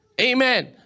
Amen